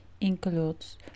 includes